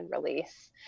release